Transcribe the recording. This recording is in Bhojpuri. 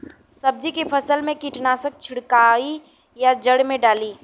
सब्जी के फसल मे कीटनाशक छिड़काई या जड़ मे डाली?